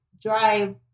drive